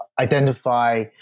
identify